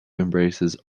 embraces